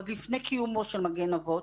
עוד לפני קיומו של מגן אבות,